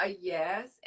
yes